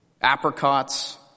apricots